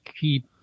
keep